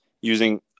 using